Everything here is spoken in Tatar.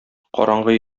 караңгы